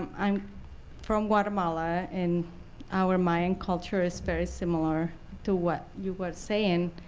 um i'm from guatemala. and our mayan culture is very similar to what you were saying.